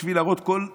בשביל להראות בכל מכה,